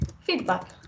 feedback